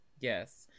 Yes